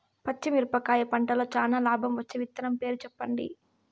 పచ్చిమిరపకాయ పంటలో చానా లాభం వచ్చే విత్తనం పేరు చెప్పండి?